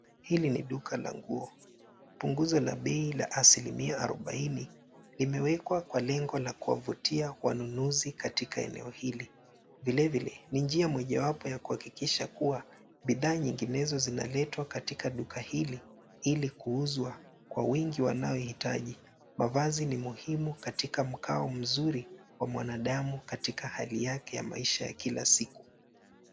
Hili ni duka la nguo. Punguzo la bei la asilimia arobaini limewekwa kwa lengo la kuwavutia wanunuzi katika eneo hili. Vilevile ni njia mojawapo ya kuhakikisha kuwa bidhaa nyinginezo zinaletwa katika duka hili, ili kuuzwa kwa wengi wanaohitaji. Mavazi ni muhimu katika mkao mzuri wa mwanadamu katika hali yake ya maisha ya kila siku.